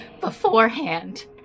beforehand